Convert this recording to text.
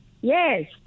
yes